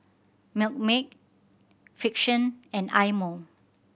Milkmaid Frixion and Eye Mo